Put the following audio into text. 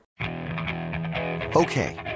Okay